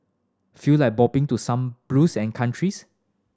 feel like bopping to some blues and countries